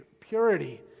purity